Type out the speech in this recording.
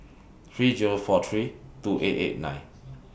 three Zero four three two eight eight nine